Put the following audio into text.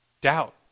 doubt